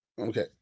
Okay